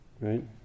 Right